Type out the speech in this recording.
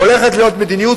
הולכת להיות מדיניות,